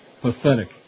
Pathetic